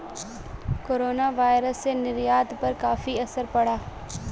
coronavirus से निर्यात पर काफी असर पड़ा